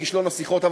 בכישלון השיחות,